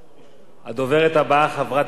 הדוברת הבאה, חברת הכנסת אורית זוארץ,